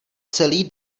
celý